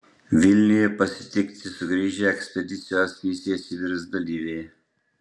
vilniuje pasitikti sugrįžę ekspedicijos misija sibiras dalyviai